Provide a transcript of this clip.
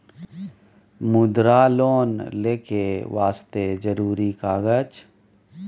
मुद्रा लोन लेके वास्ते जरुरी कागज?